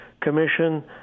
commission